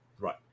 right